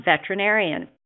veterinarian